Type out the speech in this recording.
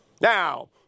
Now